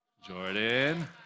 Jordan